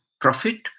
profit